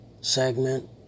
segment